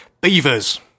Beavers